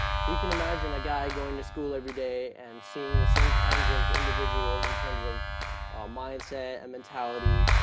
so you can imagine a guy going to school every day and seeing the same kinds of individuals in terms of mindset and mentality,